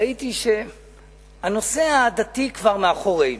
ראיתי שהנושא העדתי כבר מאחורינו.